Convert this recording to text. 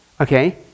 Okay